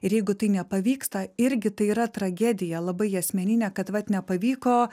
ir jeigu tai nepavyksta irgi tai yra tragedija labai asmeninė kad vat nepavyko